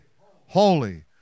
Holy